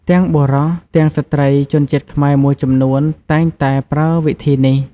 ទាំងបុរស ទាំងស្ត្រីជនជាតិខ្មែរមួយចំនួនតែងតែប្រើវិធីនេះ។